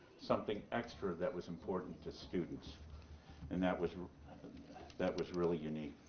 something extra that was important to students and that was that was really unique.